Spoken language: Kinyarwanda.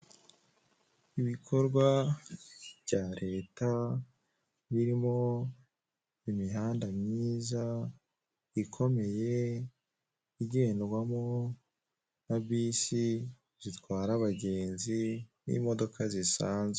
Ibikorwa bya leta birimo imihanda myiza ikomeye igendwamo na bisi zitwara abagenzi n'imodoka zisanzwe.